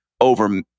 over